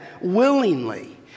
willingly